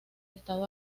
estado